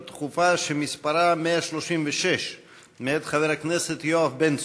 דחופה שמספרה 136 מאת חבר הכנסת יואב בן צור.